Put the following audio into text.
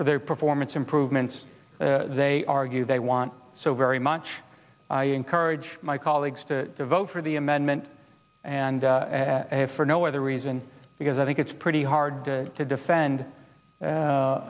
for their performance improvements they argue they want so very much i encourage my colleagues to vote for the amendment and for no other reason because i think it's pretty hard to defend